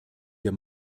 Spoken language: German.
wir